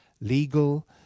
legal